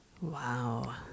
Wow